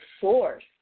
force